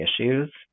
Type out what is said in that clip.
issues